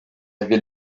ville